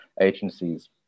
agencies